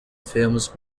films